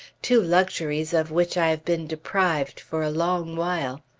two luxuries of which i have been deprived for a long while.